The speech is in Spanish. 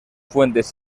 fuentes